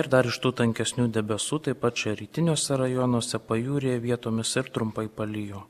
ir dar iš tų tankesnių debesų taip pat čia rytiniuose rajonuose pajūryje vietomis ir trumpai palijo